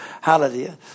hallelujah